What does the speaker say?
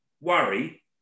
worry